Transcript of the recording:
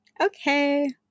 Okay